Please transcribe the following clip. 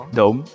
đúng